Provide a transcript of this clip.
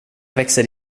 växer